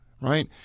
right